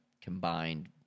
combined